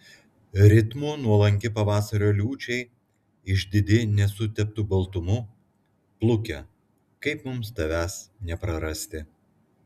ritmu nuolanki pavasario liūčiai išdidi nesuteptu baltumu pluke kaip mums tavęs neprarasti